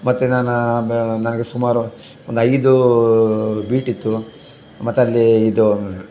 ಮತ್ತೆ ನಾನು ಬ ನನಗೆ ಸುಮಾರು ಒಂದೈದು ಬೀಟಿತ್ತು ಮತ್ತಲ್ಲಿ ಇದು